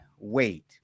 Wait